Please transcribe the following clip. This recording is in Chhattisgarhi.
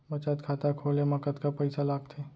बचत खाता खोले मा कतका पइसा लागथे?